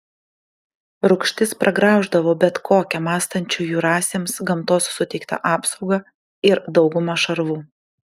rūgštis pragrauždavo bet kokią mąstančiųjų rasėms gamtos suteiktą apsaugą ir daugumą šarvų